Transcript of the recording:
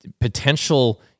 potential